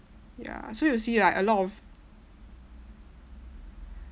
ya so you see like a lot of